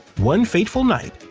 one fateful night,